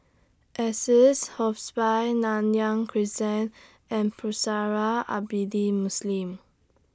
Assisi Hospice Nanyang Crescent and Pusara Abadi Muslim